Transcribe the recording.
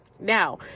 now